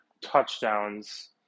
touchdowns